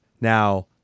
Now